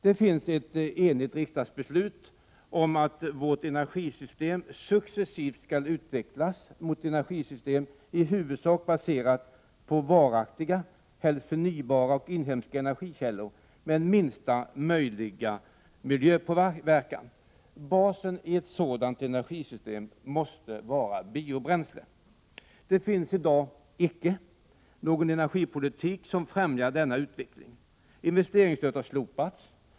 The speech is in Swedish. Det finns ett enigt riksdagsbeslut om att vårt energisystem successivt skall utvecklas mot ett energisystem i huvudsak baserat på varaktiga, helst förnybara och inhemska energikällor med minsta möjliga miljöpåverkan. Basen i ett sådant energisystem måste vara biobränslen. Det finns i dag icke någon energipolitik som främjar denna utveckling. Investeringsstödet har slopats.